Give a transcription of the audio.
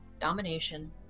domination